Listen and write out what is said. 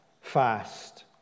fast